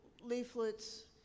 leaflets